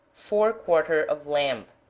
fore quarter of lamb.